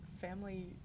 family